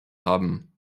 haben